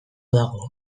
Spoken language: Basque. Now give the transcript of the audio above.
dago